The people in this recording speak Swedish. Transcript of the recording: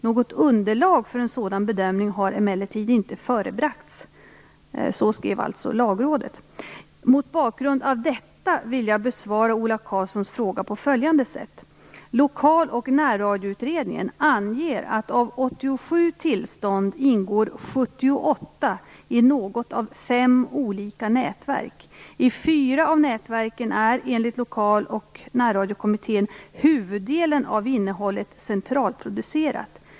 Något underlag för en sådan bedömning har emellertid inte förebragts." Så skrev alltså Lagrådet. Mot bakgrund av detta vill jag besvara Ola Karlssons fråga på följande sätt. Lokal och närradioutredningen anger att av 87 tillstånd ingår 78 i något av fem olika nätverk. I fyra av nätverken är enligt Lokaloch närradiokommittén huvuddelen av innehållet centralproducerat.